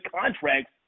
contracts